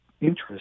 interest